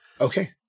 Okay